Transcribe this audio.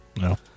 No